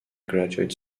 graduate